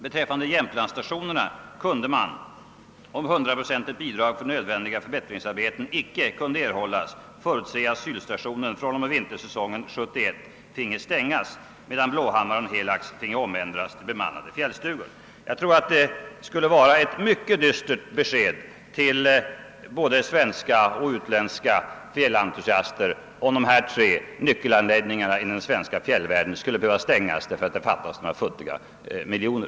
Beträffande Jämtlandsstationerna kunde man, om hundraprocentigt bidrag för nödvändiga förbättringsarbeten icke kunde erhållas, förutse, att Sylstationen från och med vintersäsongen 1971 finge stängas, medan Blåhammaren och Helags finge omändras till bemannade fjällstugor.» Jag tror att det skulle vara ett mycket dystert besked till både svenska och utländska fjällentusiaster, om de här tre nyckelanläggningarna i den svenska fjällvärlden skulle behöva stängas, därför att det fattas några futtiga miljoner.